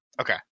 Okay